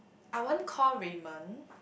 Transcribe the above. I won't call Raymond